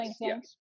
Yes